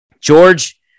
George